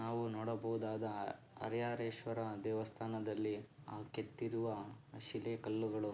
ನಾವು ನೋಡಬಹುದಾದ ಹರಿಹರೇಶ್ವರ ದೇವಸ್ಥಾನದಲ್ಲಿ ಆ ಕೆತ್ತಿರುವ ಶಿಲೆ ಕಲ್ಲುಗಳು